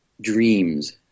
dreams